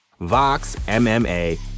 VOXMMA